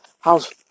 house